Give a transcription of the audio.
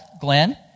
Glenn